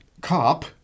cop